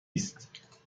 است